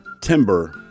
timber